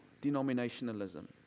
denominationalism